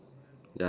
ya